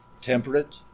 temperate